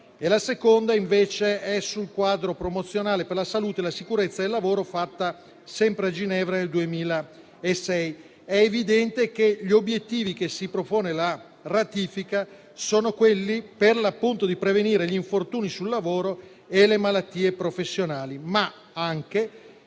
e la seconda è sul quadro promozionale per la salute e la sicurezza e lavoro, fatto sempre a Ginevra nel 2006. È evidente che gli obiettivi che si propone la ratifica sono quelli, per l'appunto, di prevenire gli infortuni sul lavoro e le malattie professionali, ma anche